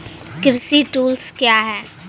कृषि टुल्स क्या हैं?